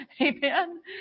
Amen